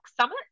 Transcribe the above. Summit